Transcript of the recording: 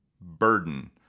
burden